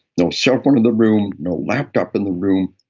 no cell phone in the room, no laptop in the room,